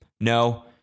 no